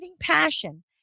passion